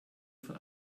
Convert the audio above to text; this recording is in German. von